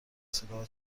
صداها